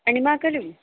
अणिमा खलु